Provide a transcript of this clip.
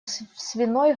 свиной